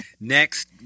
next